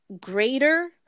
greater